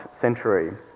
century